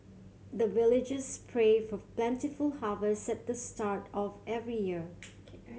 the villagers pray for plentiful harvest at the start of every year